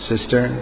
sister